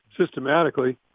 systematically